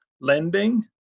lending